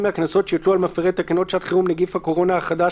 מהקנסות שיוטלו על מפרי תקנות שעת חירום (נגיף הקורונה החדש,